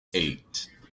eight